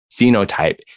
phenotype